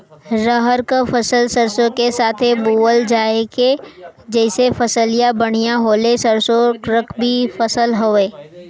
रहर क फसल सरसो के साथे बुवल जाले जैसे फसलिया बढ़िया होले सरसो रबीक फसल हवौ